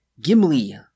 Gimli